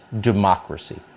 democracy